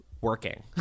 working